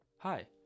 Hi